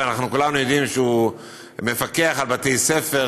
אנחנו כולנו יודעים שהוא מפקח על בתי ספר,